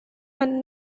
and